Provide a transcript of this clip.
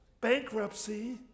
bankruptcy